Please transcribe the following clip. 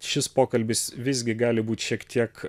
šis pokalbis visgi gali būti šiek tiek